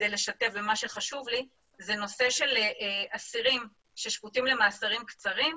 ולשתף זה הנושא של אסירים ששפוטים למאסרים קצרים.